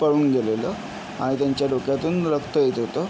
पळून गेलेलं आणि त्यांच्या डोक्यातून रक्त येत होतं